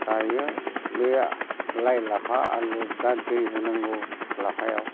गायो बै लाइ लाफा आलु दा दै होनांगौ लाफायाव